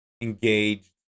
engaged